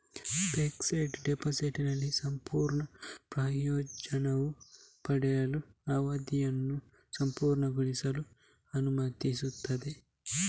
fixed ಡೆಪಾಸಿಟಿನ ಸಂಪೂರ್ಣ ಪ್ರಯೋಜನವನ್ನು ಪಡೆಯಲು, ಅವಧಿಯನ್ನು ಪೂರ್ಣಗೊಳಿಸಲು ಅನುಮತಿಸುವುದು